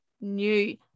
new